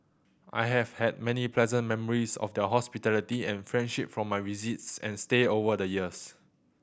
I have had many pleasant memories of their hospitality and friendship from my visits and stay over the years